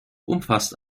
umfasst